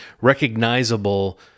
recognizable